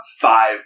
five